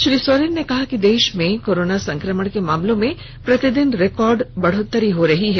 श्री सोरेन ने कहा कि देश में कोरोना संक्रमण के मामलों में प्रतिदिन रिकॉर्ड बढ़ोत्तरी हो रही है